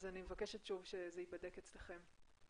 אני מבקשת שוב שזה ייבדק אצלכם.